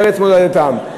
לארץ מולדתם.